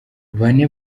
bane